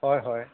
হয় হয়